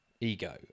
ego